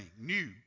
new